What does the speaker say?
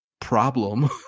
problem